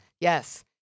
Yes